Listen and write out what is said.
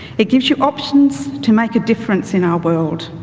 it gives you options to make a difference in our world,